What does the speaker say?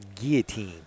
guillotine